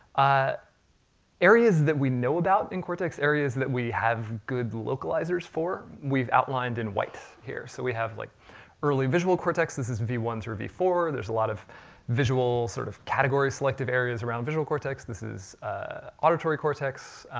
ah areas that we know about in cortex, areas that we have good localizers for, we've outlined in white here. so we have like early visual cortex, this is v one through v four. there's a lot of visual, sort of category selective areas around visual cortex. this is auditory cortex,